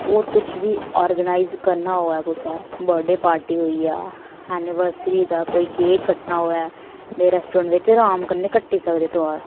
और कुछ बी आरगैनाइज करना होऐ कुसै बर्डेपार्टी होई जां अनबर्सरी दा जां रेस्ट्रोरेंट च आराम कन्नै करी सकदे थुआढ़े